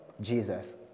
Jesus